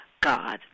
God